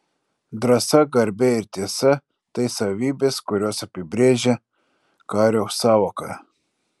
drąsa garbė ir tiesa tai savybės kurios apibrėžią kario sąvoką